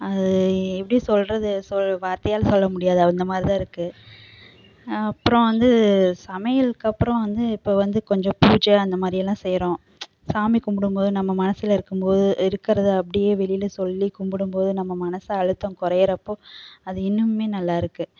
அது எப்படி சொல்கிறது சொல் வார்த்தையால் சொல்ல முடியாது அந்தமாதிரி தான் இருக்கு அப்புறம் வந்து சமையலுக்கு அப்புறம் வந்து இப்போ வந்து கொஞ்சம் பூஜை அந்தமாதிரியெல்லாம் செய்யுறோம் சாமி கும்பிடும் போது நம்ம மனசில் இருக்கும் போது இருக்கிறத அப்படியே வெளியில் சொல்லி கும்பிடும்போது நம்ம மன அழுத்தம் குறையிறப்போ அது இன்னும் நல்லா இருக்கு